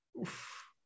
Oof